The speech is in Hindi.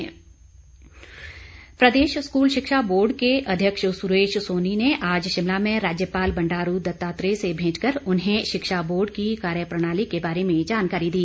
भेंट प्रदेश स्कूल शिक्षा बोर्ड के अध्यक्ष सुरेश सोनी ने आज शिमला में राज्यपाल बंडारू दत्तात्रेय से भेंट कर उन्हें शिक्षा बोर्ड की कार्यप्रणाली के बारे में जानकारी दी